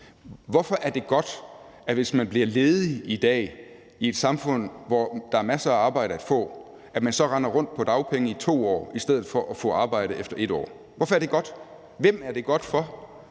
Hvorfor er det godt, at man, hvis man bliver ledig i dag i et samfund, hvor der er masser af arbejde at få, så render rundt på dagpenge i 2 år, i stedet for at man får et arbejde efter 1 år? Hvorfor er det godt? Hvem er det godt for?